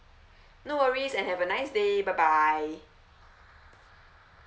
no worries and have a nice day bye bye